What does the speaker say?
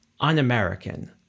un-American